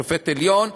שופט בית-המשפט העליון,